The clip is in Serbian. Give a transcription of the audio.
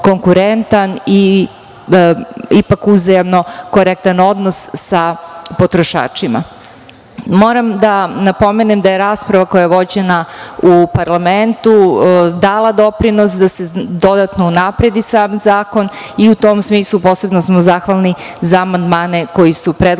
i ipak uzajamno korektan odnos sa potrošačima. Moram da napomenem da je rasprava koja je vođena u parlamentu dala doprinos da se dodatno unapredi sam zakon i u tom smislu posebno smo zahvalni za amandmane koji su predloženi